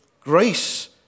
grace